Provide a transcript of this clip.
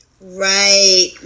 Right